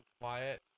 quiet